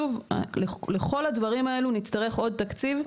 שוב, לכל הדברים האלה נצטרך תוספת תקציב,